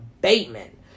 Bateman